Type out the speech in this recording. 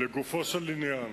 לגופו של עניין,